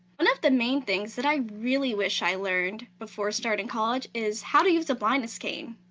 one of the main things that i really wish i learned before starting college is how to use a blindness cane.